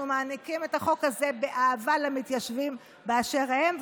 אנחנו מעניקים את החוק הזה באהבה למתיישבים באשר הם,